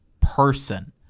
person